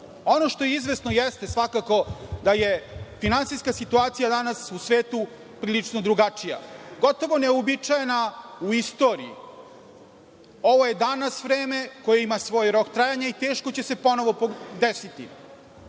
što je izvesno jeste svakako da je finansijska situacija danas u svetu prilično drugačija, gotovo neuobičajena u istoriji. Ovo je danas vreme koje ima svoj rok trajanja i teško će se ponovo desiti.